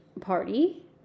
party